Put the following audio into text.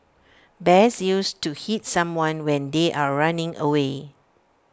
best used to hit someone when they are running away